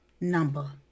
number